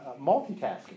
multitasking